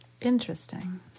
Interesting